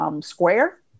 square